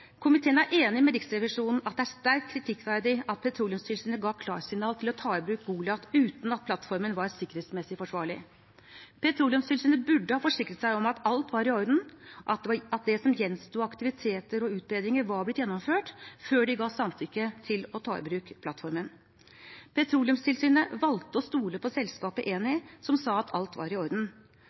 Komiteen er enig med Riksrevisjonen i at det er sterkt kritikkverdig at Petroleumstilsynet ga klarsignal til å ta i bruk Goliat uten at plattformen var sikkerhetsmessig forsvarlig. Petroleumstilsynet burde ha forsikret seg om at alt var i orden, at det som gjensto av aktiviteter og utbedringer, var blitt gjennomført, før de ga samtykke til å ta i bruk plattformen. Petroleumstilsynet valgte å stole på selskapet Eni, som sa at alt var i orden.